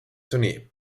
tournee